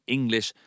English